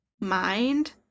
mind